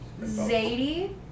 Zadie